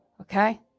okay